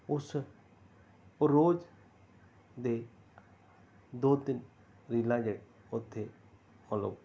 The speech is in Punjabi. ਉਸ ਉਹ ਰੋਜ਼ ਦੇ ਦੋ ਤਿੰਨ ਰੀਲਾਂ ਦੇ ਉੱਥੇ ਫੋਲੋ